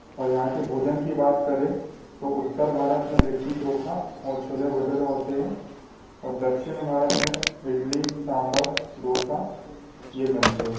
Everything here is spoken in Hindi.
और यहाँ के भोजन की बात करें तो उत्तर भारत में लिट्टी चोखा और छोले भटूरे होते हैं और दक्षिण भारत में इडली सांभर डोसा ये मिलते हैं